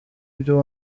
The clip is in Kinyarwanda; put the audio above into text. byo